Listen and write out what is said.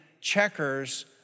checkers